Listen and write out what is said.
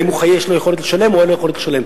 אם יש לו יכולת לשלם או אין לו יכולת לשלם,